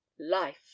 Life